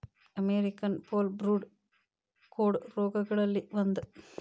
American foulbrood ಕೋಡ ರೋಗಗಳಲ್ಲಿ ಒಂದ